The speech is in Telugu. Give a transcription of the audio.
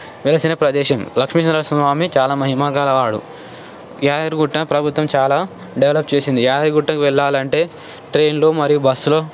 వెలిసిన ప్రదేశం నరసింహ స్వామి చాలా మహిమ గలవాడు యాదగిరిగుట్ట ప్రభుత్వం చాలా డెవలప్ చేసింది యాదగిరిగుట్టకు వెళ్లాలంటే ట్రైన్లో మరియు బస్సులో